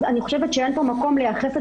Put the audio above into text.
אז אני חושבת שאין פה מקום לייחס את